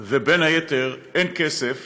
ובין היתר, אין כסף